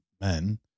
men